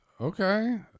Okay